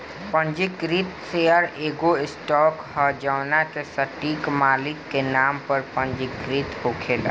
पंजीकृत शेयर एगो स्टॉक ह जवना के सटीक मालिक के नाम पर पंजीकृत होखेला